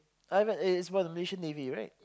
I mean it's about the Malaysian navy right